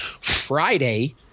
Friday